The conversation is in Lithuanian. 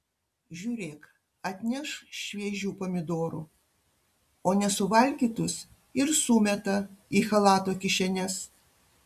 žiūrėk atneš šviežių pomidorų o nesuvalgytus ir sumeta į chalato kišenes